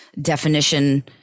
definition